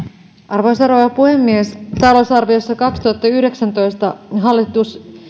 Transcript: arvoisa rouva puhemies talousarviossa kaksituhattayhdeksäntoista hallitus